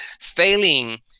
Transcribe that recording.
failing